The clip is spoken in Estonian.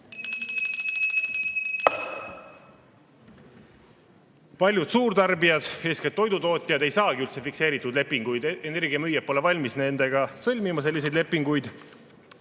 Paljud suurtarbijad, eeskätt toidutootjad, ei saagi üldse fikseeritud lepinguid, energiamüüjad pole valmis nendega sõlmima selliseid lepinguid.